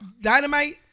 Dynamite